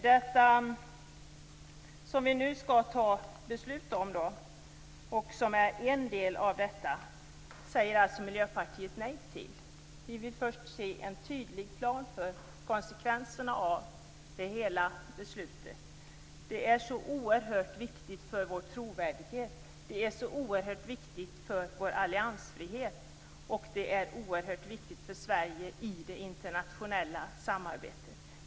Det som vi nu skall fatta beslut om, och som är en del av detta, säger Miljöpartiet nej till. Vi vill först se en tydligt plan för konsekvenserna av hela beslutet. Det är oerhört viktigt för vår trovärdighet, det är oerhört viktigt för vår alliansfrihet, och det är oerhört viktigt för Sverige i det internationella samarbetet.